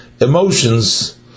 emotions